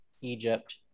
egypt